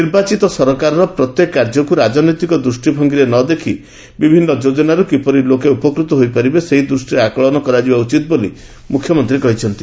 ନିର୍ବାଚିତ ସରକାରର ପ୍ରତ୍ୟେକ କାର୍ଯ୍ୟକୁ ରାଜନୈତିକ ଦୃଷ୍ଟିଭଙ୍ଗିରେ ନଦେଖି ବିଭିନୁ ଯୋଜନାରୁ କିପରି ଲୋକେ ଉପକୃତ ହୋଇପାରିବେ ସେହି ଦୃଷ୍ଟିରେ ଆକଳନ କରାଯିବା ଉଚିତ୍ ବୋଲି କହିଛନ୍ତି